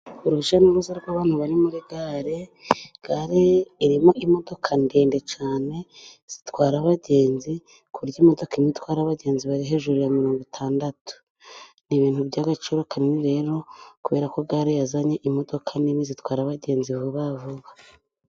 Urujya n'uruza rw'abantu bari muri gare, gare irimo imodoka ndende cyane zitwara abagenzi ku buryo imodoka imwe itwara abagenzi bari hejuru ya mirongo itandatu. Ni ibintu by'agaciro kanini rero kubera ko gare yazanye imodoka nini zitwara abagenzi vuba vuba.